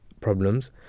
problems